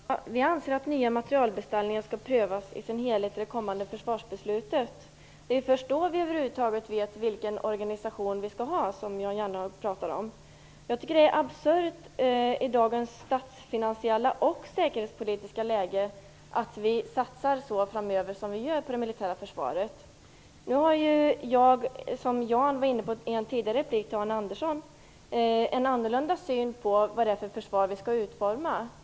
Fru talman! Vi anser att frågan om nya materielbeställningar skall prövas i sin helhet inför det kommande försvarsbeslutet. Det är först då vi över huvud taget vet vilken organisation vi skall ha. Jag tycker det är absurt att vi i dagens statsfinansiella och säkerhetspolitiska läge satsar så mycket som vi framöver gör på det militära försvaret. Jag har, som Jan Jennehag var inne på tidigare i en replik till Arne Andersson, en annorlunda syn på vad det är försvar vi skall utforma.